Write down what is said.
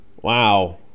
Wow